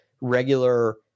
regular